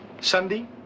Sunday